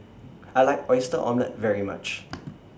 I like Oyster Omelette very much